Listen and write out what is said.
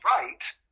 right